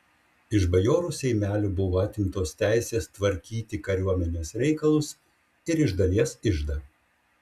iš bajorų seimelių buvo atimtos teisės tvarkyti kariuomenės reikalus ir iš dalies iždą